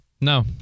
No